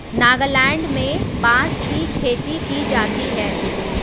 नागालैंड में बांस की खेती की जाती है